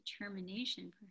determination